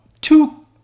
two